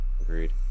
Agreed